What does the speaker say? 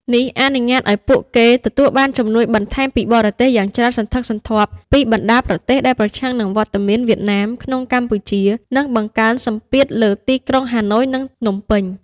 នេះអនុញ្ញាតឱ្យពួកគេទទួលបានជំនួយបន្ថែមពីបរទេសយ៉ាងច្រើនសន្ធឹកសន្ធាប់ពីបណ្ដាប្រទេសដែលប្រឆាំងនឹងវត្តមានវៀតណាមក្នុងកម្ពុជា និងបង្កើនសម្ពាធលើទីក្រុងហាណូយ និងភ្នំពេញ។